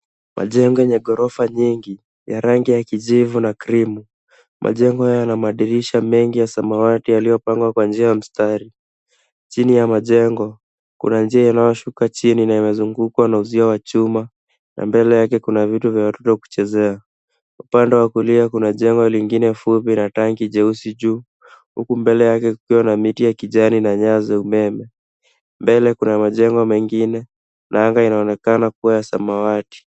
Majengo yenye ghorofa nyingi ya rangi ya kijivu na krimu. Majengo haya yana madirisha mengi ya samawati yaliyopangwa kwa njia ya mstari. Chini ya majengo kuna njia inayoshuka chini na imezungukwa na uzio wa chuma na mbele yake kuna vitu vya watoto kuchezea. Upande wa kulia kuna jengo lingine fupi na tangi jeusi juu huku mbele yake kukiwa na miti ya kijani na nyaya za umeme. Mbele kuna majengo mengine na anga inaonekana kuwa ya samawati.